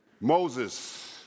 Moses